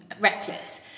reckless